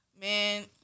man